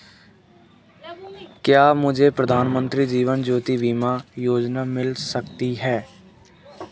क्या मुझे प्रधानमंत्री जीवन ज्योति बीमा योजना मिल सकती है?